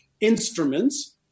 instruments